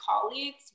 colleagues